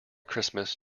christmas